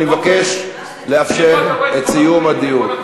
אני מבקש לאפשר את סיום הדיון.